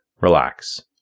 Relax